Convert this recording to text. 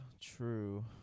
true